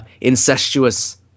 incestuous